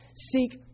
Seek